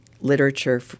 literature